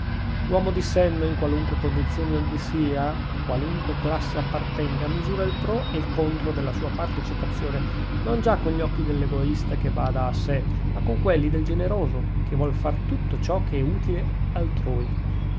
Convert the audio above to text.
l'uomo di senno in qualunque condizione egli sia a qualunque classe appartenga misura il pro e il contro della sua partecipazione non già con gli occhi dell'egoista che bada a sè ma con quelli del generoso che vuol fare tutto ciò che è utile altrui